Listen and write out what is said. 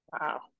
Wow